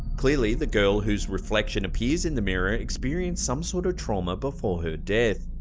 clearly the girl whose reflection appears in the mirror experienced some sort of trauma before her death.